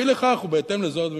אי לכך ובהתאם לזאת,